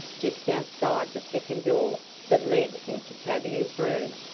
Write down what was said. just outside the second door that led into tavia's room.